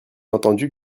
entendu